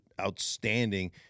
outstanding